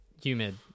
Humid